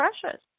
precious